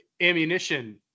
ammunition